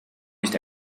nicht